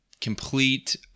complete